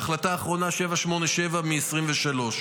ההחלטה האחרונה, 787, היא מ-2023.